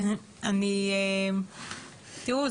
תראו,